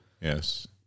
Yes